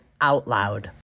Outloud